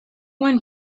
one